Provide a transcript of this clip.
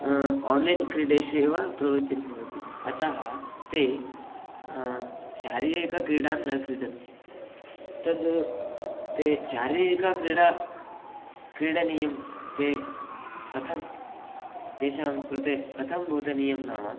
online क्रीडासु एव प्रवृत्तिर्भवति अतः ते शारीरिकक्रीडान् न क्रीडन्ति तत् ते शारीरिकक्रीडा क्रीडनीयं ते कथं तेषां कृते कथं बोधनीयं नाम